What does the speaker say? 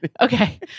Okay